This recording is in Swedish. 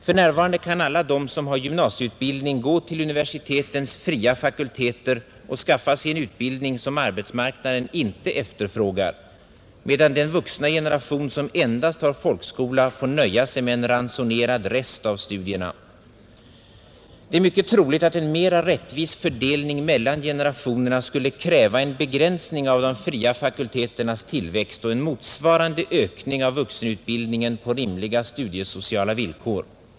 För närvarande kan alla de som har gymnasieutbildning gå till universitetens fria fakulteter och skaffa sig en utbildning som arbetsmarknaden inte efterfrågar, medan den vuxna generation som endast har folkskola får nöja sig med en ransonerad rest av studierna. Det är mycket troligt, att en mera rättvis fördelning mellan generationerna skulle kräva en begränsning av de fria fakulteternas tillväxt och en motsvarande ökning av vuxenutbildningen på rimliga studiesociala villkor.